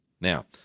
Now